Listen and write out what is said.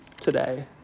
today